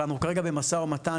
אבל כרגע אנחנו במשא-ומתן,